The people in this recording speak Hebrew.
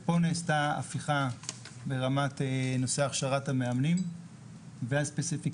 ופה נעשתה הפיכה ברמת נושא הכשרת המאמנים והספציפיקציה.